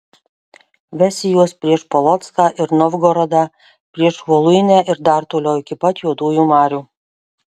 vesi juos prieš polocką ir novgorodą prieš voluinę ir dar toliau iki pat juodųjų marių